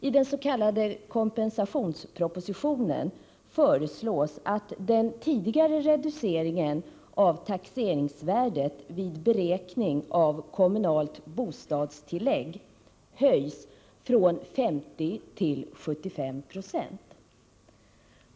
I den s.k. kompensationspropositionen föreslås att den tidigare reduceringen av taxeringsvärdet vid beräkning av kommunalt bostadstillägg höjs från 50 till 75 96.